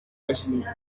bashinja